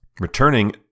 Returning